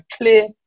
clear